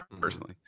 personally